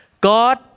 God